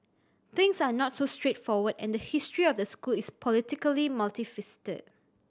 things are not so straightforward and history of the school is politically multifaceted